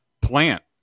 plant